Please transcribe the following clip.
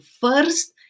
first